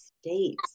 states